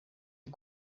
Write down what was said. est